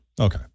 Okay